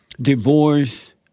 divorce